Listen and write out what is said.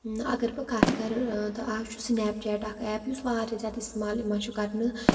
اگر بہٕ کَتھ کَرٕ تہٕ اَز چھُ سنیپ چیٹ اَکھ ایپ یُس واریاہ زیادٕ استعمال یِوان چھُ کَرنہٕ